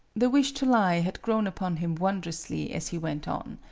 the wish to lie had grown upon him wondrously as he went on.